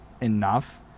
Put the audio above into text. enough